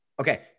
Okay